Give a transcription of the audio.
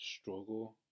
struggle